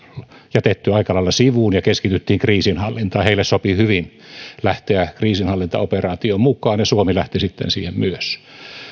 jätetty aika lailla sivuun ja keskityttiin kriisinhallintaan heille sopi hyvin lähteä kriisinhallintaoperaatioon mukaan ja suomi lähti sitten siihen myös